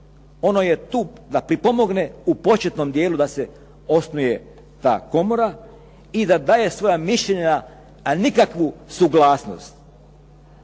ono je tu da pripomogne u početnom dijelu da se osnuje ta komora i da daje svoja mišljenja a nikakvu suglasnost.